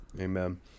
Amen